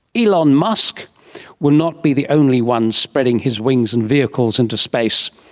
elon musk will not be the only one spreading his wings and vehicles into space.